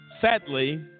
sadly